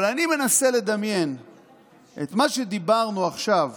אבל אני מנסה לדמיין את מה שדיברנו עכשיו